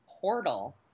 portal